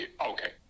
okay